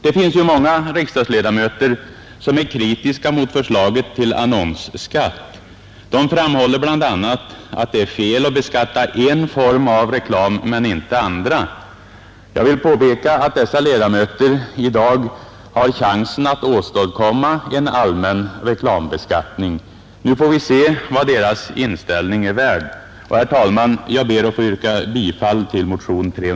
Det finns ju många riksdagsledamöter som är kritiska mot förslaget till annonsskatt. De framhåller bl.a. att det är fel att beskatta en form av reklam men inte andra. Jag vill påpeka att dessa ledamöter i dag har chansen att åstadkomma en allmän reklambeskattning. Nu får vi se vad Nr 66